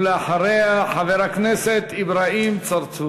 ואחריה, חבר הכנסת אברהים צרצור.